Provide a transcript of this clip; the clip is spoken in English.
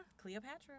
Cleopatra